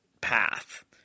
path